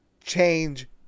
change